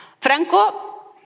Franco